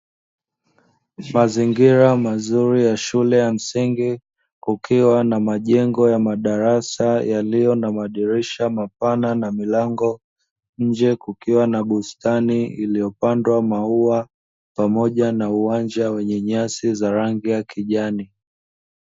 Mazingira mazuri ya shule ya msingi kukiwa na majengo ya madarasa yaliyo na madirisha mapana na milango. Nje kukiwa na bustani iliyopandwa maua pamoja na uwanja wenye nyasi za rangi ya kijani.